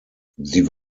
sie